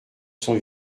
son